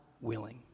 willing